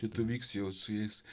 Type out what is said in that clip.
tai tu vyksi jau su jais